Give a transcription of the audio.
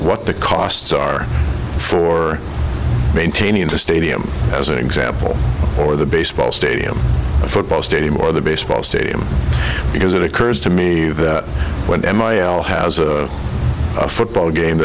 what the costs are for maintaining the stadium as an example for the baseball stadium a football stadium or the baseball stadium because it occurs to when m i l has a football game